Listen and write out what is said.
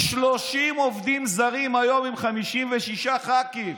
30 עובדים זרים, היום הם 56 ח"כים.